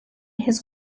his